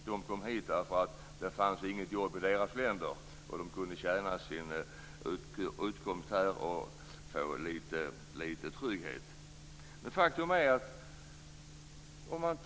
De kom hit för att det inte fanns jobb i deras egna länder. De kunde tjäna sin utkomst här och få litet trygghet.